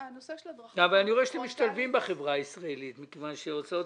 רואה שאתם משתלבים בחברה הישראלית מכיוון שההוצאות